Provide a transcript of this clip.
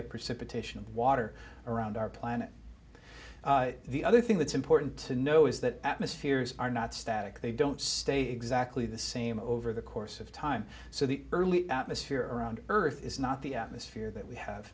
have precipitation of water around our planet the other thing that's important to know is that atmospheres are not static they don't stay exactly the same over the course of time so the early atmosphere around earth is not the atmosphere that we have